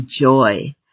joy